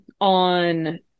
on